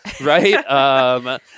right